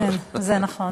כן, זה נכון.